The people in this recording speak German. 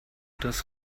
das